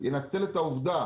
ינצל את העובדה